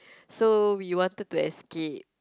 so we wanted to escape